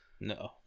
No